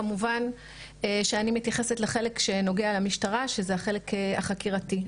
כמובן שאני מתייחסת לחלק שנוגע למשטרה שזה החלק החקירתי.